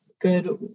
good